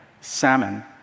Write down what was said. Salmon